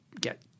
get